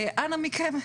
אנא מכם,